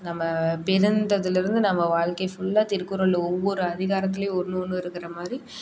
நம்ம பிறந்ததுலருந்து நம்ம வாழ்க்கை ஃபுல்லாக திருக்குறளில் ஒவ்வொரு அதிகாரத்துலையும் ஒன்னொன்று இருக்கிற மாதிரி